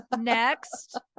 next